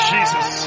Jesus